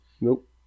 Nope